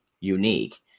unique